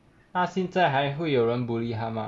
他现在还会有人 bully 他吗